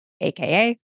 aka